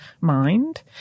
mind